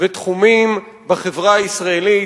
ותחומים בחברה הישראלית,